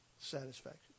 satisfaction